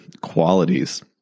qualities